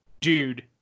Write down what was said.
dude